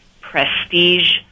prestige